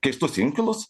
keistus inkilus